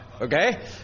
okay